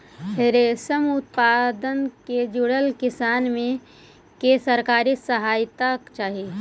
रेशम उत्पादन से जुड़ल किसान के सरकारी सहायता चाहि